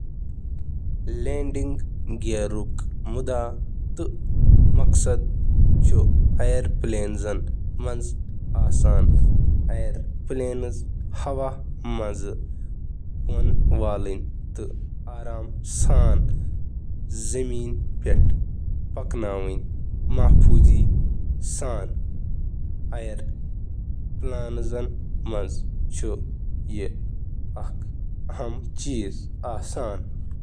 Landing gearing چھِ ہوٲئی جہازَن منٛز یُس لینڈنگ ہوٲئی جہازَن باپتھ استعمال چھُ یِوان کرنہٕ۔